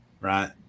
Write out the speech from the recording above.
right